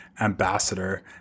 Ambassador